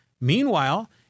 Meanwhile